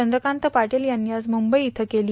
चंद्रकांत पाटील यांनी आज मुंबई इयं केली